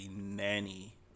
nanny